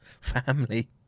family